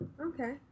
Okay